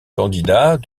candidat